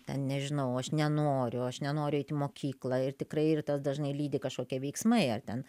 ten nežinau aš nenoriu aš nenoriu eit į mokyklą ir tikrai ir tas dažnai lydi kažkokie veiksmai ar ten